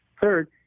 Third